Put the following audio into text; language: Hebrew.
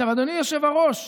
אדוני היושב-ראש,